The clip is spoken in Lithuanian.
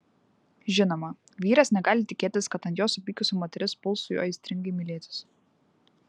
žinoma vyras negali tikėtis kad ant jo supykusi moteris puls su juo aistringai mylėtis